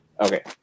Okay